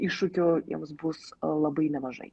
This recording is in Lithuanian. iššūkių jiems bus labai nemažai